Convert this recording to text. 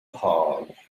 hog